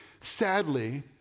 sadly